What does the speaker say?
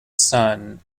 sun